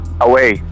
Away